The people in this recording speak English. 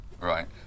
Right